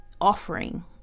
offering